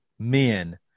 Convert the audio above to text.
Men